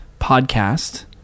podcast